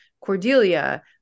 cordelia